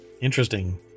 Interesting